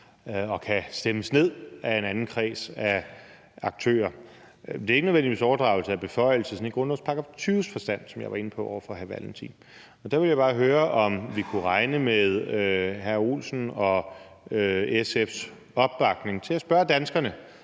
og kan stemmes ned af en anden kreds af aktører. Det er ikke nødvendigvis overdragelse af en beføjelse i grundlovens § 20-forstand, som jeg var inde på over for hr. Kim Valentin. Der vil jeg bare høre, om vi kan regne med hr. Mads Olsen og SF's opbakning til at spørge danskerne,